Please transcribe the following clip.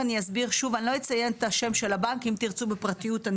אני לא אציין את השם של הבנק אם תרצו אציין בפרטיות,